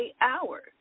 hours